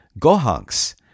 Gohanks